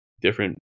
different